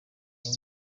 baba